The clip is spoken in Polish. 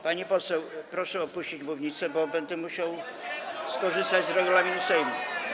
Pani poseł, proszę opuścić mównicę, bo będę musiał skorzystać z regulaminu Sejmu.